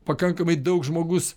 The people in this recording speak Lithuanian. pakankamai daug žmogus